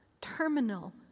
terminal